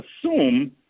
assume